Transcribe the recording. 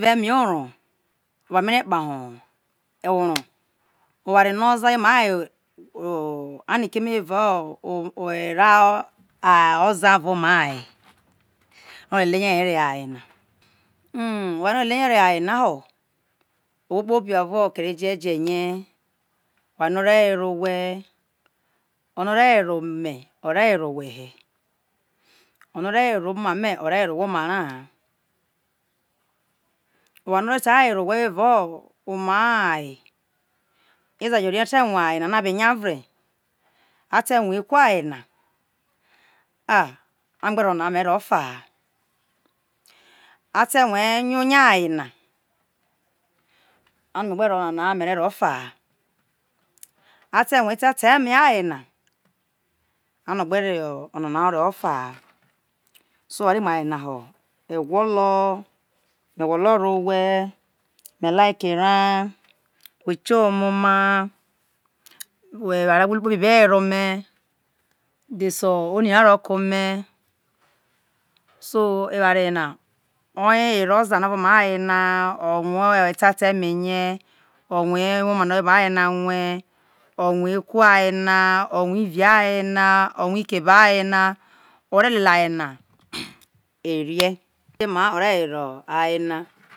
Evao eme oro oware no me re kpa he oro oro oware no oza oma aye wo ani keme evao oreao oza evao oma aye olelle ye reho aye oware no o lelie re ho aye na ho owho kpobi ovo eja jeye ore were owe oware no or were ome ore were owhe he ono re were mo oma me ore were owhe he oware no ota were owhe evao oma aye eza jo rie no ate rue aye na be nya vra ate rue eku aye na e ano me gbe reho ona me gbe ro ofaha, ate rue eyo ya aye na ano me gbe ro one na na me gbe ro ofaha ate rue eta eme aye na ano me gbe ro one na ha me gbe ro ofa ha so are mu aye na ho egwolo me gwolo reho owhe me like ra whe jeho ome oma whe eware ra kpobi kpodi be were ome dhese oni ra ro ko me so eware ye na oye owere oza na evao oma aye na o rue eta taeme ye orie ewoma no ojo evao aye na rue ive aye na are ikebe aye na ore lelie aye na were ei ema ore were aye na